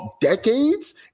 decades